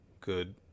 good